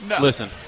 Listen